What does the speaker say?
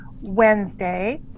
Wednesday